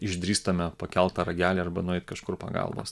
išdrįstame pakelt tą ragelį arba nueit kažkur pagalbos